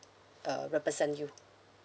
uh represent you